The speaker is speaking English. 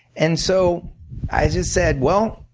and so i just said, well,